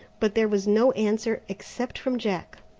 but there was no answer except from jack.